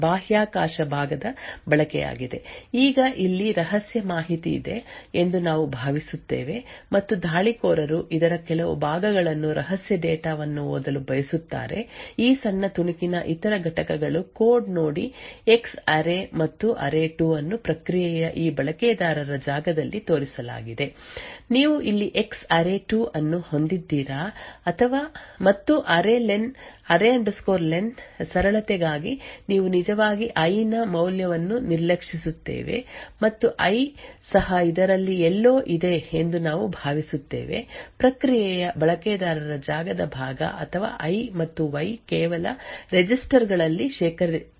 ಈಗ ನಾವು ಮುಂದೆ ನೋಡುತ್ತಿರುವುದು ಪ್ರಕ್ರಿಯೆಯ ಬಾಹ್ಯಾಕಾಶ ಭಾಗದ ಬಳಕೆಯಾಗಿದೆ ಈಗ ಇಲ್ಲಿ ರಹಸ್ಯ ಮಾಹಿತಿಯಿದೆ ಎಂದು ನಾವು ಭಾವಿಸುತ್ತೇವೆ ಮತ್ತು ದಾಳಿಕೋರರು ಇದರ ಕೆಲವು ಭಾಗಗಳನ್ನು ರಹಸ್ಯ ಡೇಟಾವನ್ನು ಓದಲು ಬಯಸುತ್ತಾರೆ ಈ ಸಣ್ಣ ತುಣುಕಿನ ಇತರ ಘಟಕಗಳು ಕೋಡ್ ನೋಡಿ ಎಕ್ಸ್ ಅರೇ ಮತ್ತು ಅರೇ2 ಅನ್ನು ಪ್ರಕ್ರಿಯೆಯ ಈ ಬಳಕೆದಾರರ ಜಾಗದಲ್ಲಿ ತೋರಿಸಲಾಗಿದೆ ನೀವು ಇಲ್ಲಿ ಎಕ್ಸ್ ಅರೇ2 ಅನ್ನು ಹೊಂದಿದ್ದೀರಾ ಮತ್ತು ಅರೇ ಲೆನ್ array len ಸರಳತೆಗಾಗಿ ನಾವು ನಿಜವಾಗಿ ಐ ನ ಮೌಲ್ಯವನ್ನು ನಿರ್ಲಕ್ಷಿಸುತ್ತೇವೆ ಮತ್ತು ಐ ಸಹ ಇದರಲ್ಲಿ ಎಲ್ಲೋ ಇದೆ ಎಂದು ನಾವು ಭಾವಿಸುತ್ತೇವೆ ಪ್ರಕ್ರಿಯೆಯ ಬಳಕೆದಾರರ ಜಾಗದ ಭಾಗ ಅಥವಾ ಐ ಮತ್ತು ವೈ ಕೇವಲ ರೆಜಿಸ್ಟರ್ ಗಳಲ್ಲಿ ಶೇಖರಿಸಿಡಲಿರುವ ಭಾಗವಾಗಿ ಇರುತ್ತವೆ ಎಂದು ನೀವು ಊಹಿಸಬಹುದು